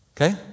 okay